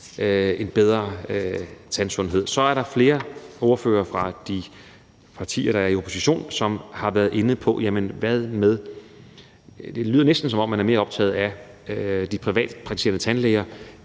en bedre tandsundhed. Kl. 11:49 Så er der flere ordførere fra de partier, der er i opposition, der har været inde på de privatpraktiserende tandlæger. Det lyder næsten, som om man er mere optaget af de privatpraktiserende tandlæger